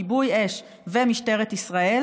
כיבוי אש ומשטרת ישראל,